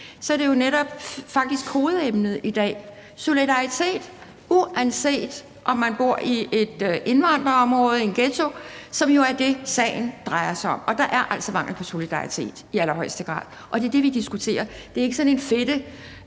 er det jo faktisk netop hovedemnet i dag – solidaritet, uanset om man bor i et indvandrerområde, en ghetto, som jo er det, sagen drejer sig om. Og der er altså mangel på solidaritet, i allerhøjeste grad. Og det er det, vi diskuterer. Man skal ikke holde sådan en fedtetale,